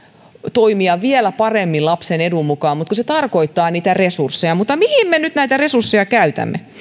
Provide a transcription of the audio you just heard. toimia vielä paremmin lapsen edun mukaan mutta kun se tarkoittaa niitä resursseja mutta mihin me nyt näitä resursseja käytämme